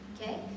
okay